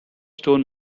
stone